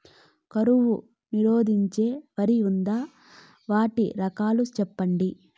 కరువు నిరోధించే వరి ఉందా? వాటి రకాలు చెప్పండి?